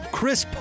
Chris